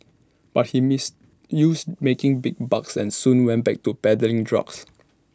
but he missed use making big bucks and soon went back to peddling drugs